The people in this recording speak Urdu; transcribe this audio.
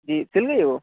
جی سل گئی ہے وہ